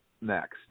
next